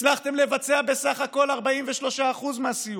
הצלחתם לבצע בסך הכול 43% מהסיוע,